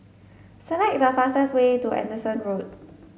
select the fastest way to Anderson Road